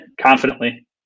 confidently